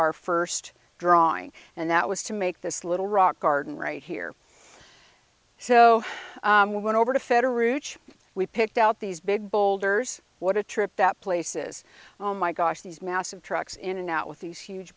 our first drawing and that was to make this little rock garden right here so we went over to federici we picked out these big boulders what a trip that places oh my gosh these massive trucks in and out with these huge